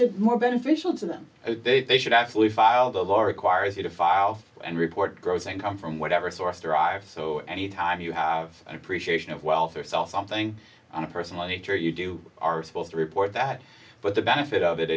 it more beneficial to them if they should actually filed of all requires you to file for and report gross income from whatever source derived so any time you have an appreciation of wealth or saw something on a personal nature you do are supposed to report that for the benefit of it